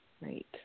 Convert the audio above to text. Right